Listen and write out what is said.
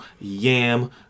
yam